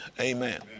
Amen